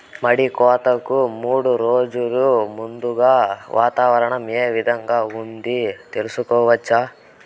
మడి కోతలకు మూడు రోజులు ముందుగా వాతావరణం ఏ విధంగా ఉంటుంది, తెలుసుకోవచ్చా?